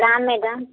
madam